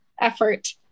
effort